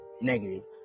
negative